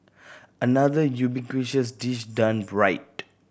another ubiquitous dish done right